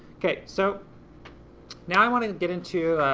okay. so now i want to get into